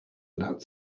without